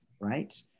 right